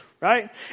Right